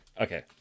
Okay